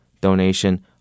donation